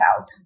out